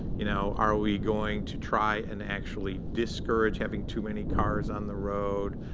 you know are we going to try and actually discourage having too many cars on the road?